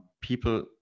people